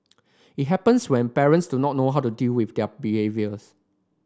it happens when parents do not know how to deal with their behaviours